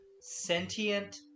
sentient